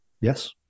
Yes